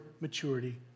maturity